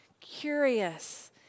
Curious